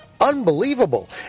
Unbelievable